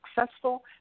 successful